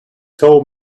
told